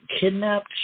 kidnapped